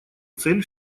цель